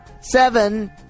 seven